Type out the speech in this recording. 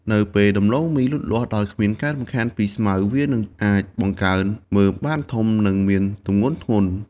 នៅពេលដំឡូងមីលូតលាស់ដោយគ្មានការរំខានពីស្មៅ វានឹងអាចបង្កើនមើមបានធំ និងមានទម្ងន់ធ្ងន់។